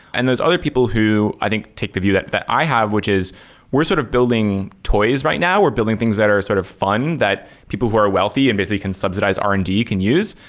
and those other people who i think take the view that that i have, which is we're sort of building toys right now. we're building things that are sort of fun that people who are wealthy and basically can subsidize r and d can use.